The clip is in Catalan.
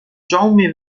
jaume